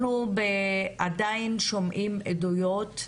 אנחנו עדיין שומעים עדויות,